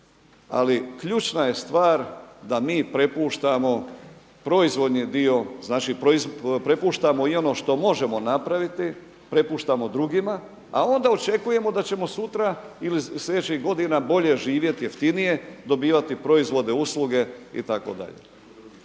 ali ključna je stvar da mi prepuštamo proizvodni dio, prepuštamo i ono što možemo napraviti, prepuštamo drugima, a onda očekujemo da ćemo sutra ili sljedećih godina bolje živjeti, jeftinije dobivati proizvode, usluge itd.